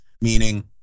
meaning